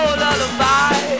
lullaby